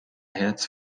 herz